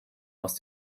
aus